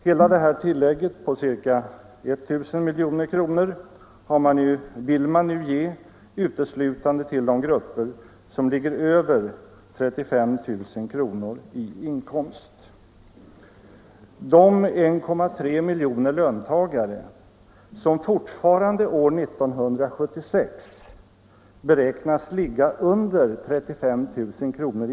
Hela det här tillägget på ca 1000 milj.kr. vill man uteslutande ge till de grupper som ligger över 35 000 kr. i inkomst. De 1,3 miljoner löntagare som fortfarande år 1976 beräknas ligga under 35 000 kr.